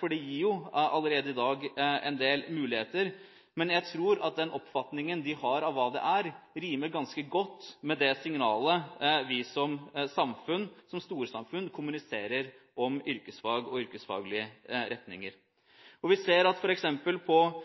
for det gir jo allerede i dag en del muligheter. Men jeg tror at den oppfatningen elevene har av hva det er, rimer ganske godt med det signalet vi som samfunn, som storsamfunn, kommuniserer om yrkesfag og yrkesfaglige retninger. Vi ser at f.eks. på